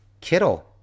Kittle